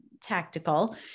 tactical